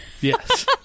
Yes